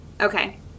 Okay